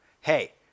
hey